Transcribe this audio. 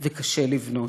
וקשה לבנות.